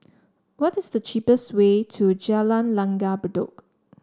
what is the cheapest way to Jalan Langgar Bedok